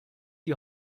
die